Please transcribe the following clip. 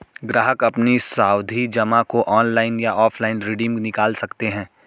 ग्राहक अपनी सावधि जमा को ऑनलाइन या ऑफलाइन रिडीम निकाल सकते है